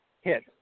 hit